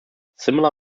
similar